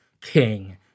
King